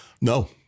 No